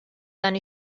dan